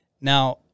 Now